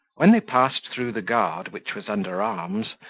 when they passed through the guard, which was under arms,